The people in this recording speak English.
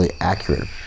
accurate